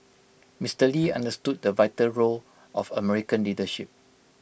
Mister lee understood the vital role of American leadership